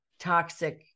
toxic